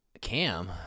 Cam